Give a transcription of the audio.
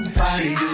body